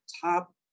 top